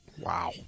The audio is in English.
Wow